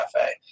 cafe